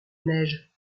neige